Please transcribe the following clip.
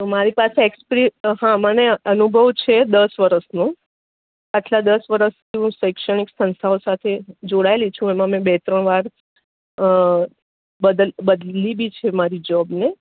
તો મારી પાસે એક્સપિરિ હં મને અનુભવ છે દસ વર્ષનો આટલા દસ વર્ષથી હું શૈક્ષણિક સંસ્થાઓ સાથે જોડાયેલી છું એમાં મેં બે ત્રણ વાર બદલ બદલી બી છે મારી જોબ ને